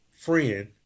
friend